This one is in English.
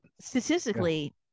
Statistically